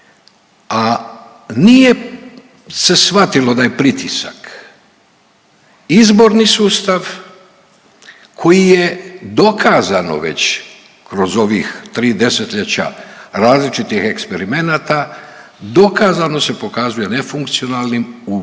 a nije se shvatilo da je pritisak. Izborni sustav koji je dokazano već kroz ovih tri 10-ljeća različitih eksperimenata dokazano se pokazuje nefunkcionalnim u mnogim